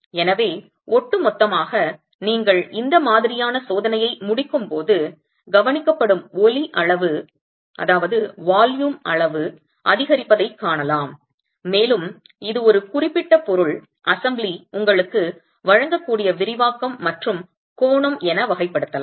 எனவே ஒட்டுமொத்தமாக நீங்கள் இந்த மாதிரியான சோதனையை முடிக்கும்போது கவனிக்கப்படும் ஒலி அளவு அதிகரிப்பதைக் காணலாம் மேலும் இது ஒரு குறிப்பிட்ட பொருள் அசெம்பிளி உங்களுக்கு வழங்கக்கூடிய விரிவாக்கம் மற்றும் கோணம் என வகைப்படுத்தலாம்